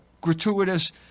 gratuitous